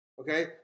Okay